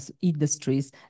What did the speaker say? industries